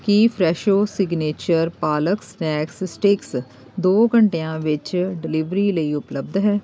ਕੀ Fresho signature palak snack sticks ਦੋ ਘੰਟਿਆਂ ਵਿੱਚ ਡਿਲੀਵਰੀ ਲਈ ਉਪਲਬਧ ਹੈ